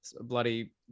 bloody